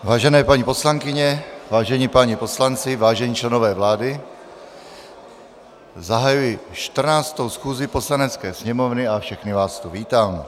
Vážené paní poslankyně, vážení páni poslanci, vážení členové vlády, zahajuji 14. schůzi Poslanecké sněmovny a všechny vás tu vítám.